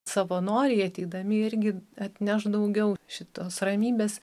savanoriai ateidami irgi atneš daugiau šitos ramybės